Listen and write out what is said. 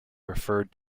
referred